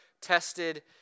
tested